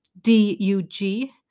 D-U-G